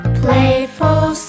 playful